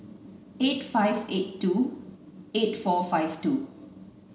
eight five eight two eight four five two